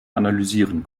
analysieren